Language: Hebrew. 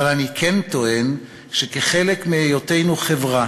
אבל אני כן טוען שכחלק מהיותנו חברה